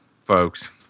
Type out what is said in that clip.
folks